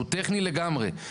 שהוא טכני לגמרי,